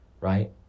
right